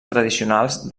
tradicionals